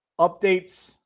updates